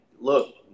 look